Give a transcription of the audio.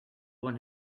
one